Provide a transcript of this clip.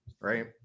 right